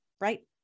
Right